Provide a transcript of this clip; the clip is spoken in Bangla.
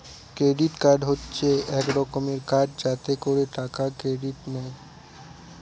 ক্রেডিট কার্ড হচ্ছে এক রকমের কার্ড যাতে করে টাকা ক্রেডিট নেয়